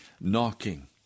knocking